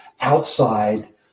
outside